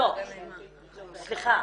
לא, סליחה.